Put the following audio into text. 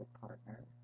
partner